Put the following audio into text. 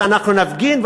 ואנחנו נפגין,